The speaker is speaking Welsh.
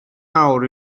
mawr